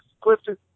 Clifton